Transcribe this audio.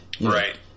right